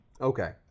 Okay